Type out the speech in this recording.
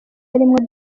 harimwo